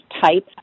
type